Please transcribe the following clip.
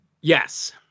yes